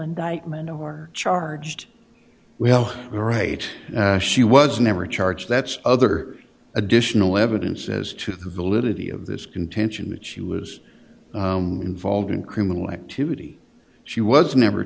indictment or charged well all right she was never charged that's other additional evidence as to the liddy of this contention that she was involved in criminal activity she was never